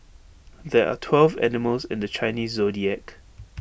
there are twelve animals in the Chinese Zodiac